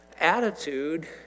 attitude